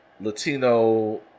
Latino